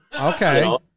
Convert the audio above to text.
Okay